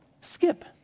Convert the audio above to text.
skip